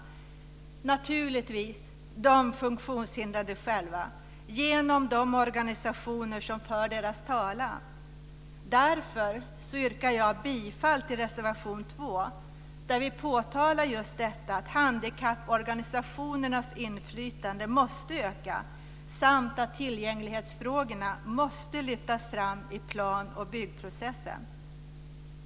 Det är naturligtvis de funktionshindrade själva, genom de organisationer som för deras talan. Därför yrkar jag bifall till reservation 2, där vi påpekar just detta att handikapporganisationernas inflytande måste öka samt att tillgänglighetsfrågorna måste lyftas fram i plan och byggprocessen.